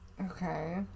Okay